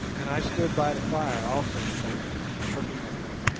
and i stood by the fire also smoking and looking at them.